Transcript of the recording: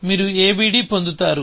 మీరు abd పొందుతారు